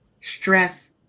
stress